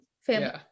Family